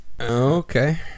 Okay